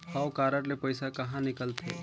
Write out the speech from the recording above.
हव कारड ले पइसा कहा निकलथे?